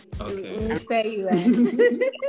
Okay